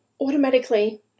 automatically